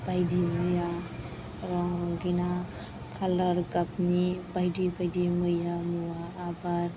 बायदि मैया रंगिना कालार गाबनि बायदि बायदि मैया मुवा आबाद